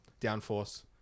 downforce